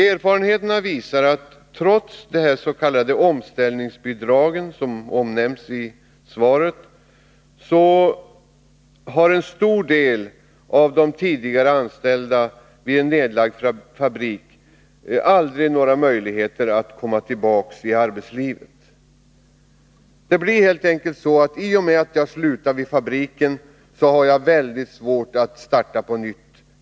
Erfarenheterna visar att trots de s.k. omställningsbidragen, som omnämns i svaret, har en stor del av de tidigare anställda vid en nedlagd fabrik aldrig några möjligheter att komma tillbaka till arbetslivet. Det blir helt enkelt så, att i och med att jag slutar vid fabriken har jag mycket svårt att starta på nytt.